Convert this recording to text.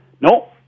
No